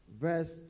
verse